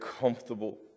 comfortable